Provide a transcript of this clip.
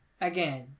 again